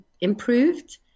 improved